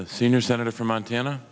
the senior senator from montana